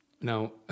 Now